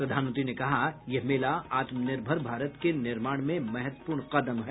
प्रधानमंत्री ने कहा यह मेला आत्मनिर्भर भारत के निर्माण में महत्वपूर्ण कदम है